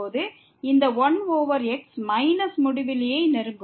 இந்த 1 over x minus முடிவிலியை நெருங்கும்